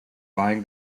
buying